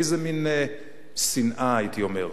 איזה מין שנאה, הייתי אומר?